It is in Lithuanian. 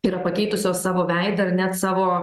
yra pakeitusios savo veidą ir net savo